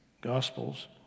Gospels